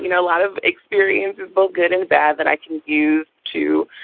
you know a lot of experiences both good and bad that i can use to,